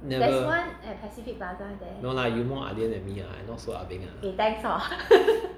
never no lah you more ahlian than me ah I not so ahbeng